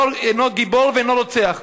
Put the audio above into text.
אלאור אינו גיבור ואינו רוצח.